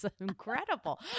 incredible